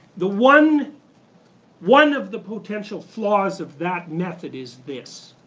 the one one of the potential flaws of that method is this.